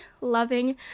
loving